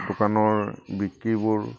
দোকানৰ বিক্ৰীবোৰ